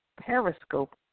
Periscope